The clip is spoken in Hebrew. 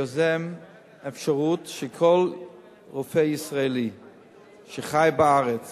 יוזם אפשרות שכל רופא ישראלי שחי בארץ